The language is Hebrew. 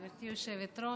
גברתי היושבת-ראש,